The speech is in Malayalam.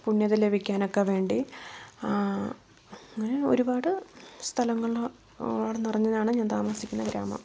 പുണ്യം ലഭിക്കാനുമൊക്കെ വേണ്ടി ആ അങ്ങനെ ഒരുപാട് സ്ഥലങ്ങൾ നിറഞ്ഞതാണ് ഞാൻ താമസിക്കുന്ന ഗ്രാമം